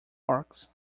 parks